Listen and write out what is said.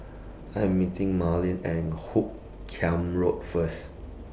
I Am meeting Marlin At Hoot Kiam Road First